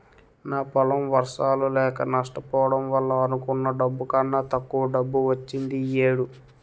నా పొలం వర్షాలు లేక నష్టపోవడం వల్ల అనుకున్న డబ్బు కన్నా తక్కువ డబ్బు వచ్చింది ఈ ఏడు